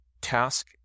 task